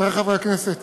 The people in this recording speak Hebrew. חברי חברי הכנסת,